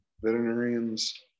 veterinarians